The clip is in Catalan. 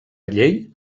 llei